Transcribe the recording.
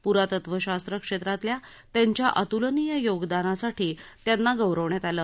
प्रातत्वशास्त्र क्षेत्रातल्या त्यांच्या अतूलनीय योगदानासाठी त्यांना गौरवण्यात आलं